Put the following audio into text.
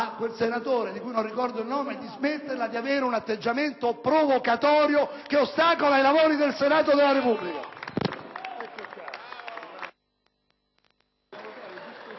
al senatore, di cui non ricordo il nome, di smetterla di avere un atteggiamento provocatorio che ostacola i lavori del Senato della Repubblica.